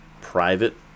private